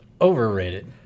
Overrated